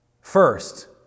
first